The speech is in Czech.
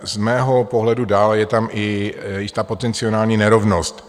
Z mého pohledu dále je tam i jistá potenciální nerovnost.